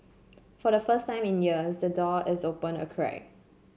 for the first time in years the door is open a crack